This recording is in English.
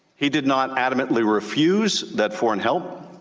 he did not adamantly refuse that foreign help.